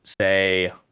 say